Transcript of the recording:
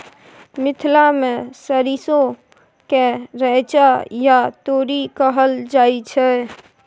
मिथिला मे सरिसो केँ रैचा या तोरी कहल जाइ छै